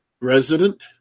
resident